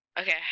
Okay